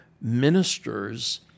ministers